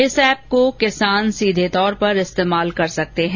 इस एप को किसान सीधे तौर पर इस्तेमाल कर सकते हैं